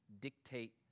dictate